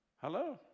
Hello